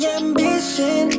ambition